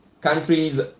countries